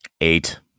Eight